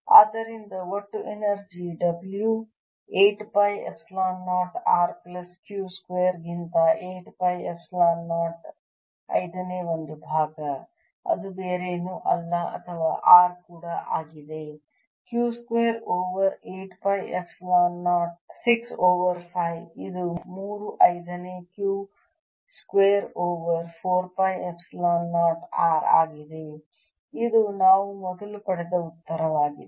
ಆದ್ದರಿಂದ ಒಟ್ಟು energy W 8 pi epsilon 0 R plus Q ಸ್ಕ್ವೇರ್ಗಿಂತ 8 ಪೈ ಎಪ್ಸಿಲಾನ್ 0 ಐದನೇ ಒಂದು ಭಾಗ ಅದು ಬೇರೇನೂ ಅಲ್ಲ ಅಥವಾ R ಕೂಡ ಇದೆ Q square over 8 pi epsilon 0 6 over 5 ಇದು ಮೂರು ಐದನೇ Q square over 4 pi epsilon 0 R ಆಗಿದೆ ಇದು ನಾವು ಮೊದಲು ಪಡೆದ ಉತ್ತರವಾಗಿದೆ